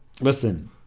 listen